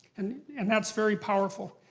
and and that's very powerful.